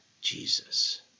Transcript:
Jesus